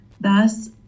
Thus